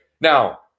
Now